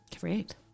Correct